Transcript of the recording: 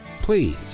Please